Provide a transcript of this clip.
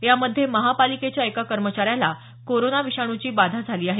यामध्ये महापालिकेच्या एका कर्मचाऱ्याला कोरोना विषाणूची बाधा झाली आहे